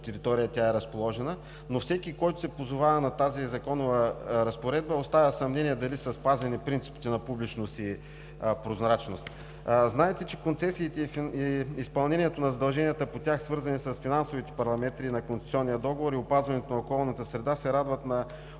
територия тя е разположена, но във всеки, който се позовава на тази законова разпоредба, остава съмнение дали са спазени принципите на публичност и прозрачност. Знаете, че концесиите и изпълнението на задълженията по тях, свързани с финансовите параметри на концесионния договор и опазването на околната среда, се радват на